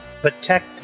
Protect